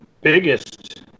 biggest